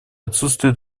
отсутствие